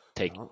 take